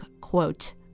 quote